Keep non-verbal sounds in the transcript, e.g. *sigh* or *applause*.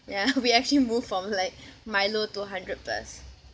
ya *noise* we actually moved from like Milo to hundred plus